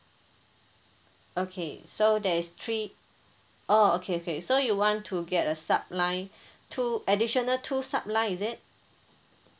okay so there is three oh okay okay so you want to get a sub line two additional two sub line is it